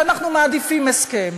ואנחנו מעדיפים הסכם.